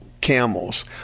camels